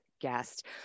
guest